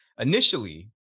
Initially